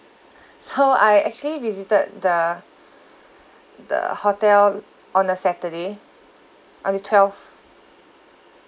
so I actually visited the the hotel on a saturday on the twelfth